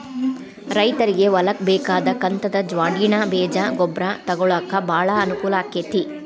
ರೈತ್ರಗೆ ಹೊಲ್ಕ ಬೇಕಾದ ಕಂತದ ಜ್ವಾಡ್ಣಿ ಬೇಜ ಗೊಬ್ರಾ ತೊಗೊಳಾಕ ಬಾಳ ಅನಕೂಲ ಅಕೈತಿ